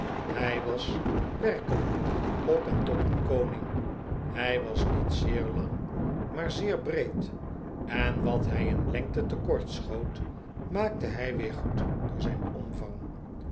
hij was werkelijk op en top een koning hij was niet zeer lang maar zeer breed en wat hij in lengte tekort schoot maakte hij weer goed door zijn omvang